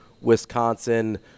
Wisconsin